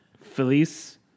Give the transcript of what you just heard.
Feliz